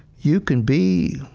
you can be